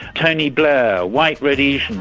tony blair, white rhodesians,